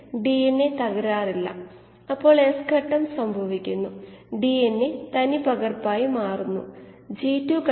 അത് കൊണ്ട് ഒരു കീമോസ്റ്റാറ്റിന്റേയും ബാച്ചിന്റെ യും പരമാവധി ഉൽപാദനക്ഷമത അനുപാതം എന്നത്